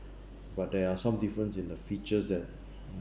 but there are some difference in the features that